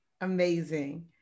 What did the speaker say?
Amazing